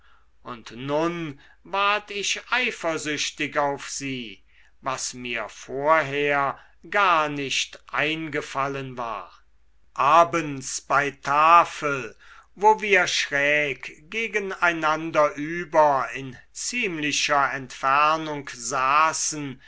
und nun ward ich eifersüchtig auf sie was mir vorher gar nicht eingefallen war abends bei tafel wo wir schräg gegen einander über in ziemlicher entfernung saßen